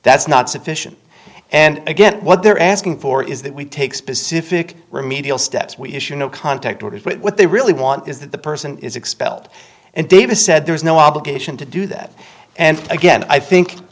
that's not sufficient and again what they're asking for is that we take specific remedial steps we issue no contact order what they really want is that the person is expelled and davis said there is no obligation to do that and again i think